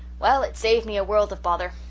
well, it's saved me a world of bother.